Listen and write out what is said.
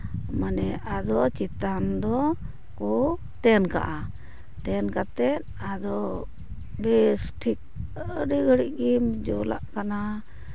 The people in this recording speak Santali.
ᱢᱟᱱᱮ ᱟᱫᱚ ᱪᱮᱛᱟᱱ ᱫᱚᱠᱚ ᱛᱮᱱ ᱠᱟᱜᱼᱟ ᱛᱮᱱ ᱠᱟᱛᱮᱫ ᱟᱫᱚ ᱵᱮᱥ ᱴᱷᱤᱠ ᱟᱹᱰᱤ ᱜᱷᱟᱹᱲᱤᱡ ᱜᱮ ᱡᱩᱞᱟᱜ ᱠᱟᱱᱟ